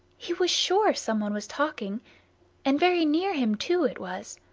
he was sure some one was talking and very near him, too, it was.